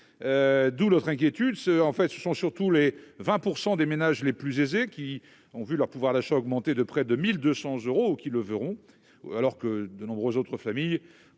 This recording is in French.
d'où notre inquiétude. En réalité, ce sont surtout les 20 % des ménages les plus aisés qui verront leur pouvoir d'achat augmenter de près de 1 200 euros, alors que de nombreuses autres familles